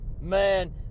man